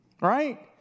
right